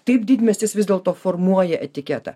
taip didmiestis vis dėlto formuoja etiketą